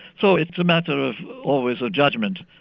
so it's a matter of always a judgement.